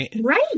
right